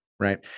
Right